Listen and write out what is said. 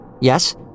Yes